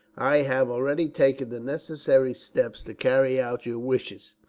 i have already taken the necessary steps to carry out your wishes.